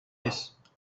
نیست